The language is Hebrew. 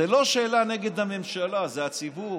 זה לא שאלה נגד הממשלה, זה הציבור.